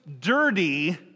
dirty